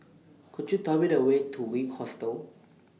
Could YOU Tell Me The Way to Wink Hostel